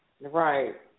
Right